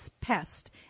pest